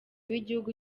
w’igihugu